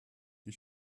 die